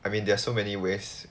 I mean there are so many ways